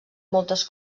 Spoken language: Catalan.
moltes